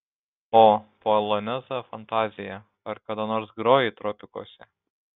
o polonezą fantaziją ar kada nors grojai tropikuose